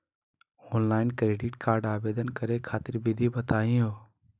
Online credit card आवेदन करे खातिर विधि बताही हो?